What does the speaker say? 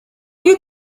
you